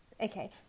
okay